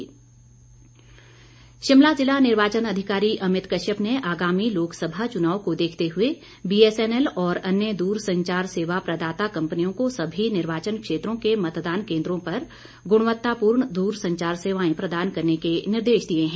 अमित कश्यप शिमला जिला निर्वाचन अधिकारी अमित कश्यप ने आगामी लोकसभा चुनाव को देखते हुए बीएसएन एल और अन्य दूरसंचार सेवा प्रदाता कंपनियों को सभी निर्वाचन क्षेत्रों के मतदान केन्द्रों पर गुणवत्तापूर्ण दुरसंचार सेवाएं प्रदान करने के निर्देश दिए हैं